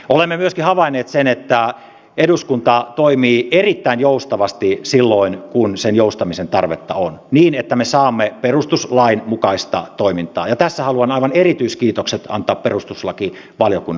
olemme myöskin havainneet sen että eduskunta toimii erittäin joustavasti silloin kun sen joustamisen tarvetta on niin että me saamme perustuslain mukaista toimintaa ja tässä haluan aivan erityiskiitokset antaa perustuslakivaliokunnalle tästä työstä